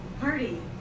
Party